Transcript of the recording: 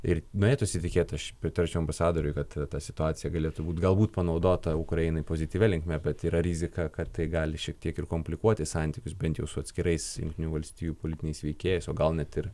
ir norėtųsi tikėt aš pritarčiau ambasadoriui kad ta situacija galėtų būt galbūt panaudota ukrainai pozityvia linkme bet yra rizika kad tai gali šiek tiek ir komplikuoti santykius bent jau su atskirais jungtinių valstijų politiniais veikėjais o gal net ir